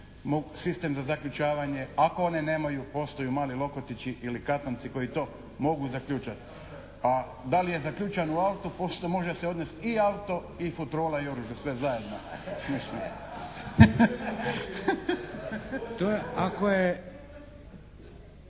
sistem za zaključavanje, ako one nemaju postoje mali lokotići ili katanci koji to mogu zaključati, a da li je zaključan u autu poslije može se odnesti i auto i futrola i oružje sve zajedno. **Šeks,